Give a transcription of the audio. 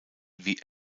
wie